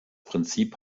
prinzip